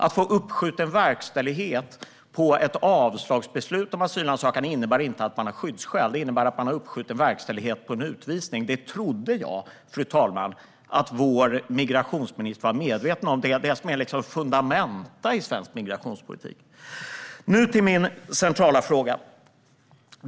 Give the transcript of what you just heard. Att få uppskjuten verkställighet på ett beslut om avslag på asylansökan innebär inte att man har skyddsskäl, utan det innebär att man har uppskjuten verkställighet på en utvisning. Detta trodde jag att vår migrationsminister var medveten om - det är liksom fundamenta i svensk migrationspolitik. Nu går jag över till min centrala fråga.